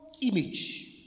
image